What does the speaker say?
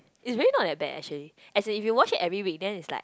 is really not that bad actually as if you wash it every week then is like